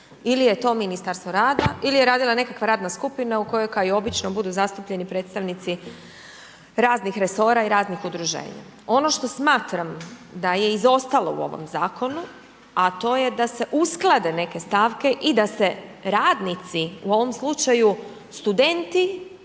ili je to Ministarstvo rada ili je radila nekakva radna skupina u kojoj kao i obično budu zastupljeni predstavnici raznih resora i raznih udruženja. Ono što smatram da je izostalo u ovom zakonu, a to je da se usklade neke stavke i da se radnici, u ovom slučaju studenti